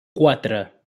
quatre